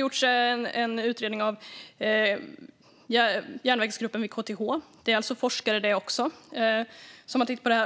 KTH Järnvägsgruppen, forskare de också, har gjort en utredning,